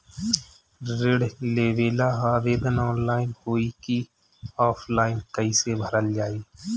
ऋण लेवेला आवेदन ऑनलाइन होई की ऑफलाइन कइसे भरल जाई?